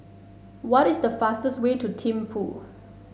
what is the fastest way to Thimphu